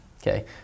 Okay